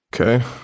Okay